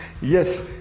Yes